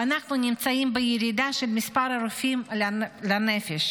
ואנחנו נמצאים בירידה של מספר הרופאים לנפש.